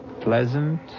pleasant